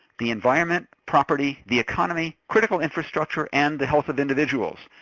the environment, property, the economy, critical infrastructure, and the health of individuals.